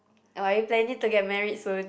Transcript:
or are you planning to get married soon